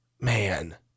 Man